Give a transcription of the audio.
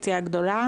הגדולה